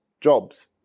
jobs